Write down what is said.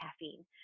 caffeine